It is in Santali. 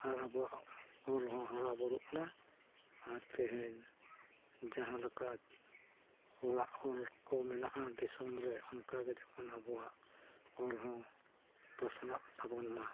ᱟᱨ ᱟᱵᱚᱣᱟᱜ ᱚᱞᱦᱚᱸ ᱦᱟᱨᱟᱼᱵᱩᱨᱩᱜ ᱢᱟ ᱟᱨ ᱛᱮᱦᱮᱧ ᱡᱟᱦᱟᱸᱞᱮᱠᱟ ᱦᱚᱲᱟᱜ ᱚᱞ ᱠᱚ ᱢᱮᱱᱟᱜᱼᱟ ᱫᱤᱥᱚᱢᱨᱮ ᱚᱱᱠᱟᱜᱮ ᱡᱮᱢᱚᱱ ᱟᱵᱚᱣᱟᱜ ᱚᱞᱦᱚᱸ ᱯᱟᱥᱱᱟᱜ ᱛᱟᱵᱚᱱ ᱢᱟ